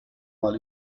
mal